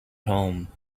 home